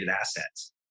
assets